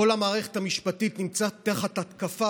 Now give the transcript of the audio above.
שכל המערכת המשפטית נמצאת תחת התקפה